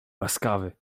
łaskawy